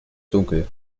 dunkel